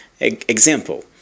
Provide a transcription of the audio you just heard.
example